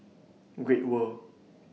Great World